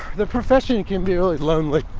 the profession can be really lonely.